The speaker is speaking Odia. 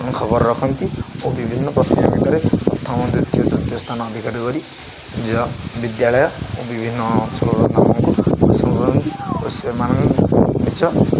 ଖବର ରଖନ୍ତି ଓ ବିଭିନ୍ନ ପ୍ରତିଯୋଗିତାରେ ପ୍ରଥମ ଦ୍ଵିତୀୟ ତୃତୀୟ ସ୍ଥାନ ଅଧିକାର କରି ନିଜ ବିଦ୍ୟାଳୟ ଓ ବିଭିନ୍ନ ଅଞ୍ଚଳଙ୍କୁ କରନ୍ତି ଓ ସେମାନେ ନିଜ